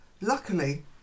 Luckily